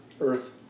Earth